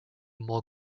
more